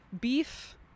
beef